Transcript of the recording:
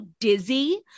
dizzy